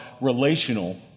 relational